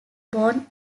born